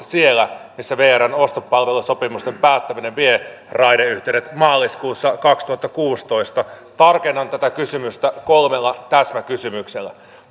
siellä missä vrn ostopalvelusopimusten päättäminen vie raideyhteydet maaliskuussa kaksituhattakuusitoista tarkennan tätä kysymystä kolmella täsmäkysymyksellä